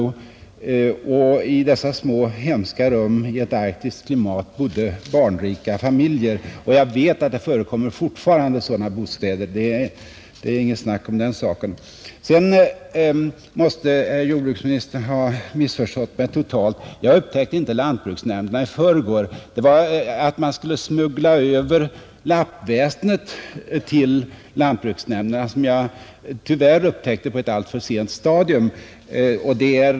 I dessa små hemska rum i ett arktiskt klimat bodde barnrika samefamiljer. Jag vet att det fortfarande finns sådana bostäder Sedan måste jordbruksministern ha missförstått mig totalt. Jag upptäckte inte lantbruksnämnderna i förrgår. Det var att man skulle smuggla över lappväsendet till lantbruksnämnderna som jag tyvärr upptäckte på ett alltför sent stadium.